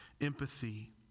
empathy